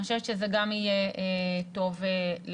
אני חושבת שזה גם יהיה טוב לכולם.